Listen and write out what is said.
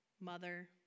mother